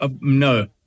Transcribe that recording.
no